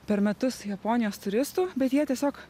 per metus japonijos turistų bet jie tiesiog